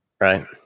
Right